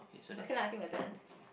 okay lah I think we're done